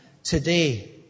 Today